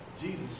Jesus